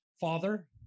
Father